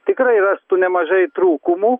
tikrai rastų nemažai trūkumų